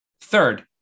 Third